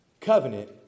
Covenant